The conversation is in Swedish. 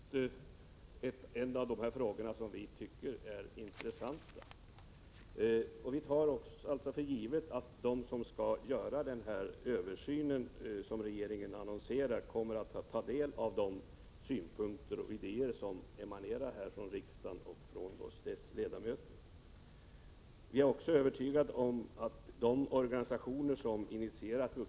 Herr talman! Erkki Tammenoksa tar nu upp just en av de frågor som vi anser vara intressanta. Vi tar alltså för givet att de som skall göra den översyn som regeringen har aviserat kommer att ta del av de synpunkter och idéer som emanerar härifrån riksdagen och dess ledamöter. Vi är också övertygade om att de organisationer vilka har initierat Prot.